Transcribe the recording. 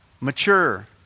mature